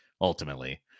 ultimately